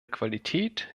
qualität